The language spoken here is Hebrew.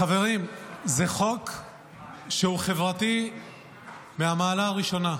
חברים, זה חוק שהוא חברתי מהמעלה הראשונה.